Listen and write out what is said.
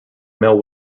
mill